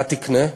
מה תקנה?